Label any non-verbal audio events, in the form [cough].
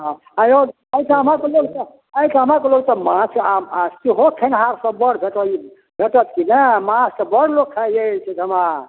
हँ आओर यौ एहिठामके लोक तऽ एहिठामके लोक तऽ माछ आओर आओर सेहो खेनिहार सब बड़ भेटल भेटत कि नहि माछ तऽ बड़ लोक खाइ यऽ [unintelligible] एहिठाम